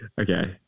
Okay